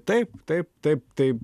taip taip taip tai